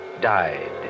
died